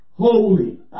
holy